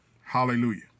Hallelujah